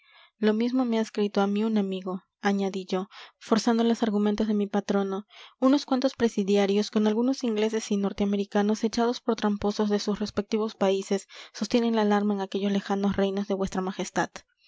lo mismo me ha escrito a mí un amigo añadí yo forzando los argumentos de mi patrono unos cuantos presidiarios con algunos ingleses y norte americanos echados por tramposos de sus respectivos países sostienen la alarma en aquellos lejanos reinos de vuestra majestad